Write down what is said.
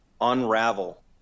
unravel